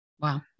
Wow